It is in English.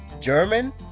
German